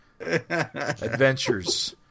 Adventures